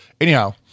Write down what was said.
Anyhow